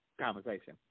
conversation